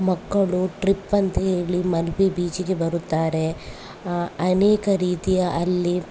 ಮಕ್ಕಳು ಟ್ರಿಪ್ ಅಂತ ಹೇಳಿ ಮಲ್ಪೆ ಬೀಚಿಗೆ ಬರುತ್ತಾರೆ ಅನೇಕ ರೀತಿಯ ಅಲ್ಲಿ